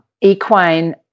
Equine